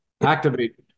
Activate